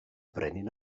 brenin